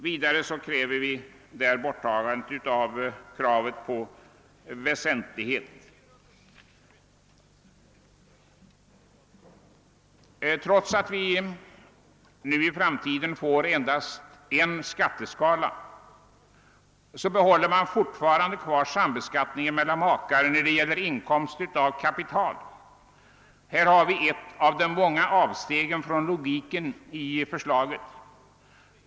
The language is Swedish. Vidare kräver vi borttagande av det i detta sammanhang uppställda kravet på väsentligen nedsatt skatteförmåga. Trots att vi nu i framtiden får endast en skatteskala, behåller man fortfarande sambeskattningen mellan makar när det gäller inkomster av kapital. Här har vi eit av de många avstegen från logiken i förslaget.